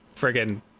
friggin